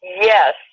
Yes